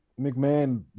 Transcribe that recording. McMahon